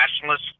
nationalists